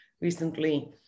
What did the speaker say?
recently